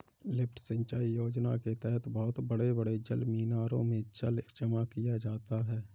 lift सिंचाई योजना के तहद बहुत बड़े बड़े जलमीनारों में जल जमा किया जाता है